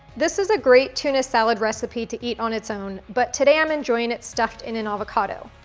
this is a great tuna salad recipe to eat on its own but today i'm enjoying it stuffed in an avocado.